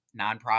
nonprofit